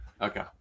Okay